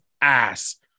ass